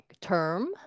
term